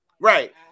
Right